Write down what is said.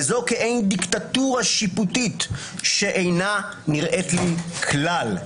וזאת כעין דיקטטורה שיפוטית שאינה נראית לי כלל.